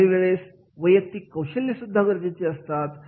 काही वेळेस वैयक्तिक कौशल्य सुद्धा गरजेचे असतात